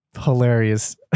hilarious